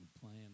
playing